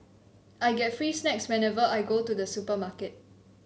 I get free snacks whenever I go to the supermarket